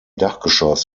dachgeschoss